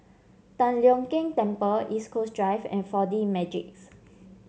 Tian Leong Keng Temple East Coast Drive and Four D Magix